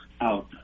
out